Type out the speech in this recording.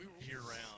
year-round